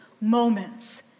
moments